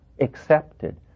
accepted